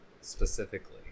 specifically